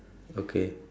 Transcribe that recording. okay